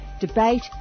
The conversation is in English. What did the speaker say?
debate